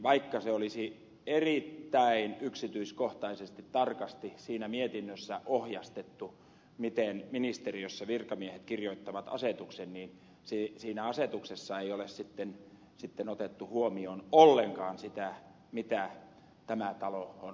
vaikka olisi erittäin yksityiskohtaisesti tarkasti siinä mietinnössä ohjastettu miten ministeriössä virkamiehet kirjoittavat asetuksen niin siinä asetuksessa ei ole sitten otettu huomioon ollenkaan sitä mitä tämä talo on lausunut